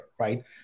right